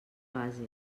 base